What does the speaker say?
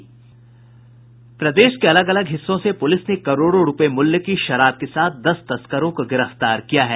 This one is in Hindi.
प्रदेश के अलग अलग हिस्सो से पुलिस ने करोड़ों रूपये मूल्य की शराब के साथ दस तस्करों को गिरफ्तार किया है